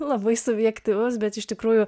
labai subjektyvus bet iš tikrųjų